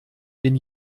den